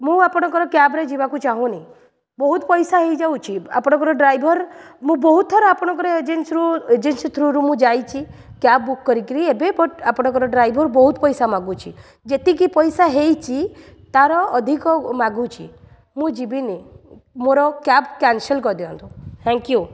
ମୁଁ ଆପଣଙ୍କର କ୍ୟାବ୍ରେ ଯିବାକୁ ଚାହୁଁନି ବହୁତ ପଇସା ହେଇଯାଉଛି ଆପଣଙ୍କର ଡ୍ରାଇଭର୍ ମୁଁ ବହୁତ ଥର ଆପଣଙ୍କର ଏଜେନ୍ସିରୁ ଏଜେନ୍ସି ଥ୍ରୋରୁ ମୁଁ ଯାଇଛି କ୍ୟାବ୍ ବୁକ୍ କରିକିରି ଏବେ ବଟ୍ ଆପଣଙ୍କର ଡ୍ରାଇଭର୍ ବହୁତ ପଇସା ମାଗୁଛି ଯେତିକି ପଇସା ହେଇଛି ତା'ର ଅଧିକ ମାଗୁଛି ମୁଁ ଯିବିନି ମୋର କ୍ୟାବ୍ କ୍ୟାନସଲ୍ କରିଦିଅନ୍ତୁ ଥ୍ୟାଙ୍କ୍ ୟୁ